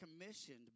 commissioned